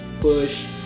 Push